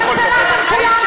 אתה ראש ממשלה של כולם,